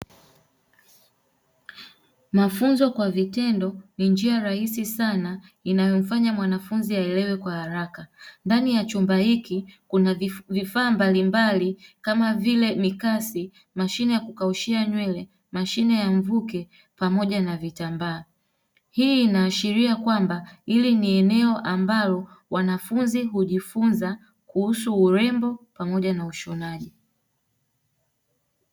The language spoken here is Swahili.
Mafunzo kwa vitendo ni njia rahisi sana inayomfanya mwanafunzi aelewa kwa haraka. Ndani ya chumba hiki kuna vifaa mbalimbai kama vile; mikasi, mashine ya kukaushia nywele, mashine ya mvuke pamoja na vitambaa. Hii inaashiria kwamba hili eneo ambalo wanafunzi hujifunza kuhusu urembo pamoja na ushonaji.